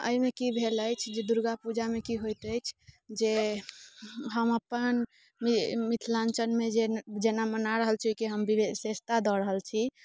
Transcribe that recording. एहिमे की भेल अछि जे दुर्गा पूजामे की होयत अछि जे हम अपन मिथिलाञ्चलमे जेना मना रहल छी ओहिके हम विशेषता दऽ रहल छी